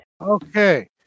okay